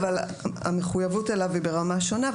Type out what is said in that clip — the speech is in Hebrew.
אבל המחויבות אליו היא ברמה שונה,